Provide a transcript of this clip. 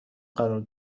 قرار